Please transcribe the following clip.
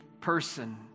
person